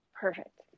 Perfect